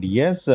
yes